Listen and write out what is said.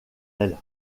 elle